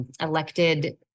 elected